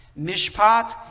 mishpat